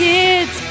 Kids